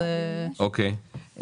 אוקיי.